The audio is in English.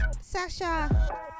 Sasha